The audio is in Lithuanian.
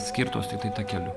skirtos tiktai takeliu